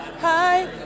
hi